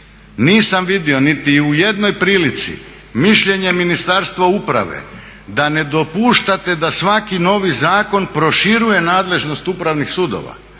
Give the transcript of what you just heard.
Nisam vidio niti u jednoj prilici mišljenje Ministarstva uprave da ne dopuštate da svaki novi zakon proširuje nadležnost upravnih sudova